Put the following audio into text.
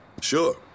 Sure